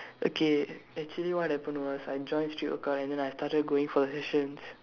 okay actually what happened was I joined street go kart then I started going for sessions